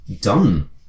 done